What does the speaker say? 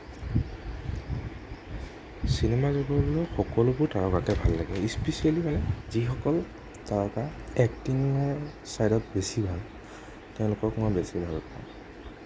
cinema জগতৰ সকলোবোৰ তাৰকাকে ভাল লাগে স্পেচিয়েলি মানে যিসকল তাৰকা এক্টিঙৰ চাইডত বেছি ভাল তেওঁলোকক মই বেছি ভাল পাওঁ